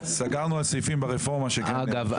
אגב,